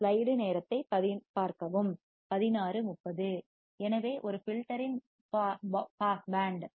slide நேரத்தைப் பார்க்கவும் 1630 எனவே ஒரு ஃபில்டர் இன் பாஸ் பேண்ட்